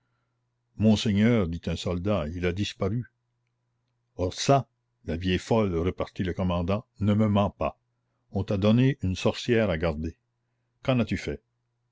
monseigneur dit un soldat il a disparu or çà la vieille folle repartit le commandant ne me mens pas on t'a donné une sorcière à garder qu'en as-tu fait